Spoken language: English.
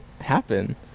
happen